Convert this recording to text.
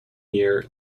year